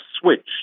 switch